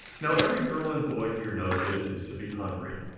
now every girl and boy here knows what it is to be hungry,